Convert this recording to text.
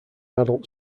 adult